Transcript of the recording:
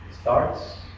starts